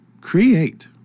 Create